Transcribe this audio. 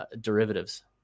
derivatives